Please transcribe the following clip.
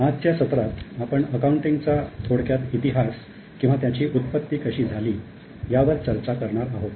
आजच्या सत्रात आपण अकाउंटिंगचा थोडक्यात इतिहास किंवा त्याची उत्पत्ती कशी झाली यावर चर्चा करणार आहोत